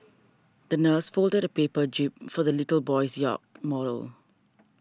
the nurse folded a paper jib for the little boy's yacht model